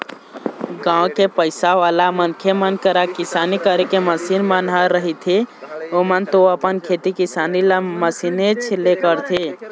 गाँव के पइसावाला मनखे मन करा किसानी करे के मसीन मन ह रहिथेए ओमन तो अपन खेती किसानी ल मशीनेच ले करथे